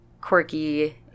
quirky